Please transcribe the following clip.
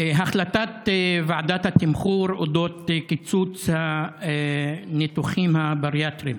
החלטת ועדת התמחור על קיצוץ הניתוחים הבריאטריים: